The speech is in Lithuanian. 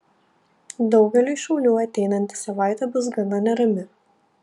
daugeliui šaulių ateinanti savaitė bus gana nerami